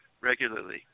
regularly